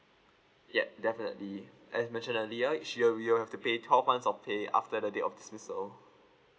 yup definitely as mentioned earlier she will be uh have to pay twelve months of pay after the date of dismissal